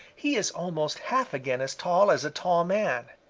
he is almost half again as tall as a tall man.